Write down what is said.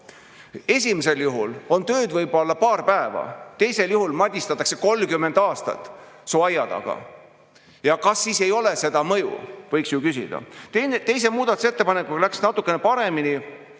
Esimesel juhul on tööd võib-olla paar päeva, teisel juhul madistatakse 30 aastat su aia taga. Kas siis ei ole seda mõju, võiks ju küsida. Teise muudatusettepanekuga läks natukene paremini